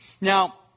Now